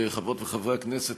חברות וחברי הכנסת,